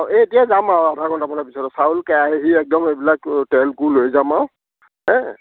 অঁ এ এতিয়া যাম আৰু আধা ঘন্টামান পিছত চাউল কেৰাহী একদম এইবিলাক তেল তুল লৈ যাম আৰু হে